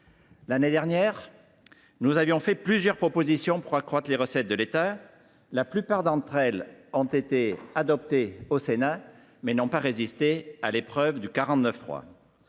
L’année dernière, nous avions fait plusieurs propositions pour accroître les recettes de l’État. Si la plupart d’entre elles avaient été adoptées par le Sénat, elles n’avaient pas résisté à l’épreuve du 49.3.